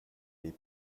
les